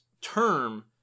term